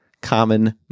Common